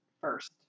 first